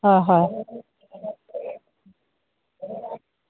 অ' হয়